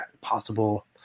possible